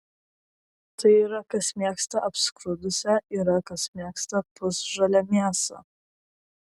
tai yra kas mėgsta apskrudusią yra kas mėgsta pusžalę mėsą